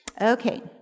Okay